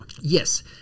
Yes